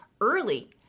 early